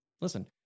Listen